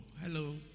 hello